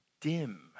dim